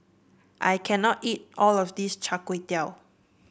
I can not eat all of this Chai Kuay Tow